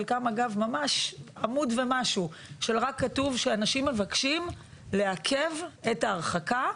חלקם אגב ממש עמוד ומשהו שרק כתוב שאנשים מבקשים לעכב את ההרחקה,